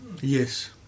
Yes